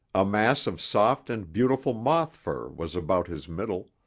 a mass of soft and beautiful moth fur was about his middle,